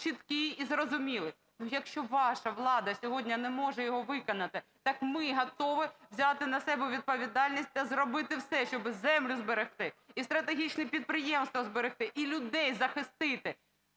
чіткий і зрозумілий. Ну, якщо ваша влада сьогодні не може його виконати, так ми готові взяти на себе відповідальність та зробити все, щоби землю зберегти і стратегічні підприємства зберегти, і людей захистити.